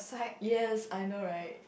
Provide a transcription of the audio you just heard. yes I know right